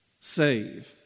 save